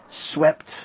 swept